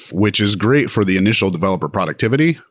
which is great for the initial developer productivity.